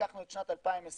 לקחנו את שנת 2025,